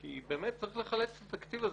כי צריך לחלץ את התקציב הזה.